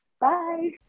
bye